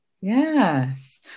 yes